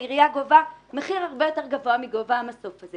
העירייה גובה מחיר הרבה יותר גבוה מגובה המסוף הזה